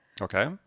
Okay